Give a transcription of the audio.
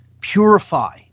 purify